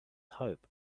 hope